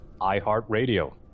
iHeartRadio